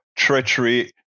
Treachery